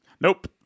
nope